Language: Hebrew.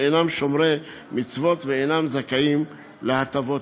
שאינם שומרי מצוות ואינם זכאים להן.